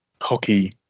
hockey